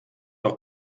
auch